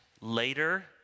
later